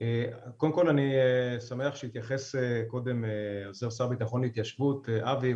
קודם כל אני שמח שהתייחס קודם עוזר שר הביטחון להתיישבות אבי,